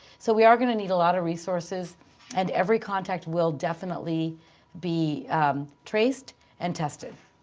so we are going to need a lot of resources and every contact will definitely be traced and tested.